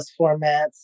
formats